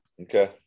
Okay